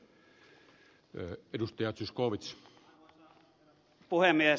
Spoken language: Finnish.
arvoisa herra puhemies